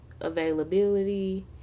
availability